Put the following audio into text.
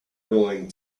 going